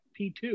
P2